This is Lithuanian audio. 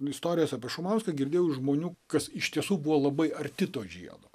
istorijas apie šumauską girdėjau žmonių kas iš tiesų buvo labai arti to žiedo